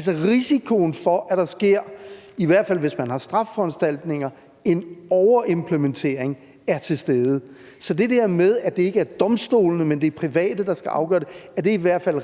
stede – i hvert fald hvis man har strafforanstaltninger – og det der med, at det ikke er domstolene, men det er private, der skal afgøre det, rejser i hvert fald